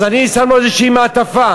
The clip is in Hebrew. אז אני שם לו איזושהי מעטפה.